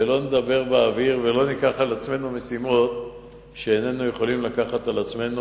ולא נדבר באוויר ולא ניקח על עצמנו משימות שאיננו יכולים לקחת על עצמנו,